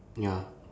ya